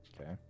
Okay